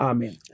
Amen